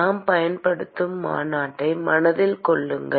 நாம் பயன்படுத்தும் மாநாட்டை மனதில் கொள்ளுங்கள்